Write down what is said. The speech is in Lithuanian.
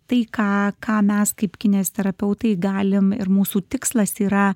tai ką ką mes kaip kineziterapeutai galim ir mūsų tikslas yra